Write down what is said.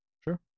Sure